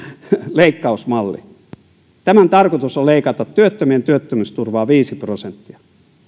leikkausmalli että tämän tarkoitus on leikata työttömyysturvaa viisi prosenttia